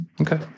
Okay